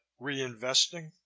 reinvesting